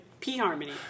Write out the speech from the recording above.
P-Harmony